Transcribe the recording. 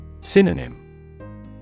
Synonym